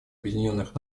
объединенных